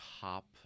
Top